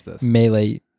Melee